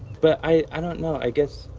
but i. i don't know. i guess.